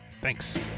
Thanks